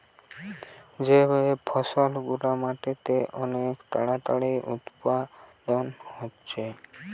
যে ফসল গুলা মাটিতে অনেক তাড়াতাড়ি উৎপাদন হচ্ছে